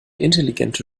intelligente